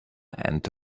and